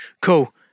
cool